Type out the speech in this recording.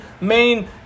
main